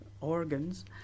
organs